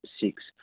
six